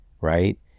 right